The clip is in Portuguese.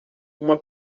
uma